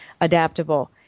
adaptable